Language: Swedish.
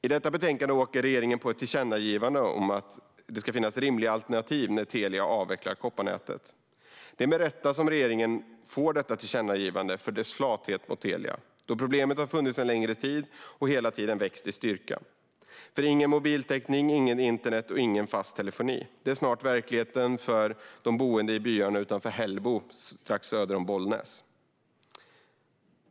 I detta betänkande åker regeringen på ett tillkännagivande om att det ska finnas rimliga alternativ när Telia avvecklar kopparnätet. Det är med rätta som regeringen får detta tillkännagivande för sin flathet mot Telia. Problemet har funnits en längre tid och hela tiden vuxit i styrka. Utan mobiltäckning inget internet och ingen fast telefoni. Det är snart verkligheten till exempel för boende i byarna utanför Hällbo strax söder om Bollnäs.